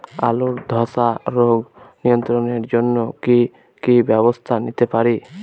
আলুর ধ্বসা রোগ নিয়ন্ত্রণের জন্য কি কি ব্যবস্থা নিতে পারি?